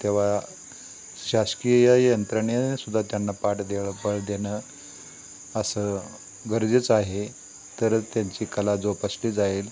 तेव्हा शासकीय यंत्रणेने सुद्धा त्यांना पाठ देळ देणं असं गरजेचं आहे तरच त्यांची कला जोपासली जाईल